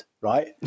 Right